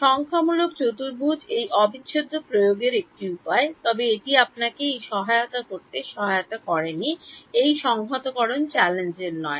সংখ্যামূলক চতুর্ভুজ এই অবিচ্ছেদ্য প্রয়োগের একটি উপায় তবে এটি আপনাকে এই সহায়তা করতে সহায়তা করে নি এই সংহতকরণ চ্যালেঞ্জের নয়